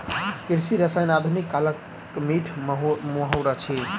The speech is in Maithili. कृषि रसायन आधुनिक कालक मीठ माहुर अछि